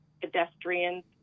pedestrians